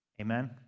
Amen